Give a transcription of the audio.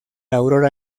aurora